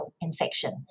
infection